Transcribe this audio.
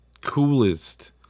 coolest